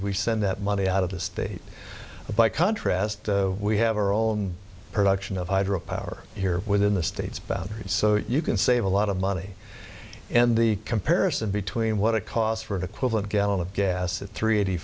we send that money out of the state by contrast we have our own production of hydro power here within the state's boundaries so you can save a lot of money and the comparison between what it cost for an equivalent gallon of gas at three eighty